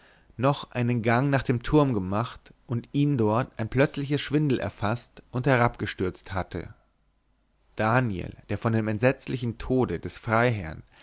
noch einen gang nach dem turm gemacht und ihn dort ein plötzlicher schwindel erfaßt und herabgestürzt hatte daniel der von dem entsetzlichen tode des freiherrn